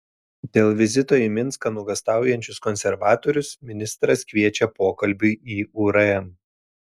dėl vizito į minską nuogąstaujančius konservatorius ministras kviečia pokalbiui į urm